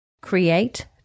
Create